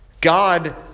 God